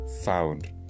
found